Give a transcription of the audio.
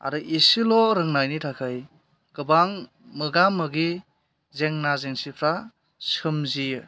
आरो एसेल' रोंनायनि थाखाय गोबां मोगा मोगि जेंना जेंसिफ्रा सोमजियो